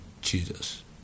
Jesus